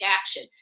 action